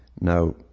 Now